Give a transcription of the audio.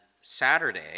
Saturday